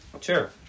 Sure